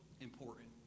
important